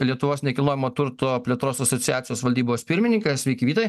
lietuvos nekilnojamo turto plėtros asociacijos valdybos pirmininkas sveiki vytai